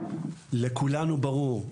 לכולנו ברור,